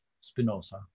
Spinoza